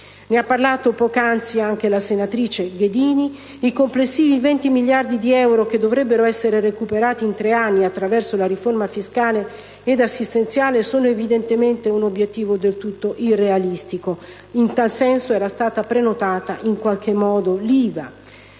Ne ha parlato poc'anzi anche la senatrice Ghedini: i complessivi 20 miliardi di euro che dovrebbero essere recuperati in tre anni attraverso la riforma fiscale ed assistenziale sono evidentemente un obiettivo del tutto irrealistico (in tal senso era stata prenotata in qualche modo l'IVA).